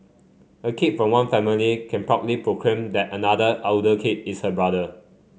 a kid from one family can proudly proclaim that another elder kid is her brother